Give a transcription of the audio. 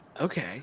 Okay